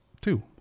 two